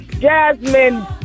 Jasmine